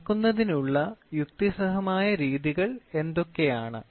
അളക്കുന്നതിനുള്ള യുക്തിസഹമായ രീതികൾ എന്തൊക്കെയാണ്